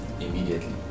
immediately